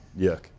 yuck